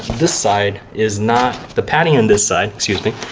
this side. is not. the padding in this side, excuse me,